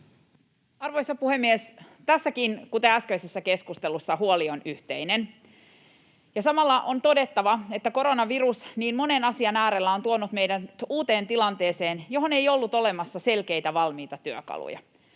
Arvoisa puhemies! Tässä, samoin kuin äskeisessä keskustelussa huoli on yhteinen. Samalla on todettava, että koronavirus niin monen asian äärellä on tuonut meidät uuteen tilanteeseen, johon ei ollut olemassa selkeitä valmiita työkaluja.